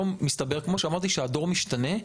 כמו שאמרתי, מסתבר שהדור משתנה,